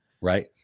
Right